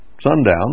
sundown